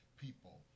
people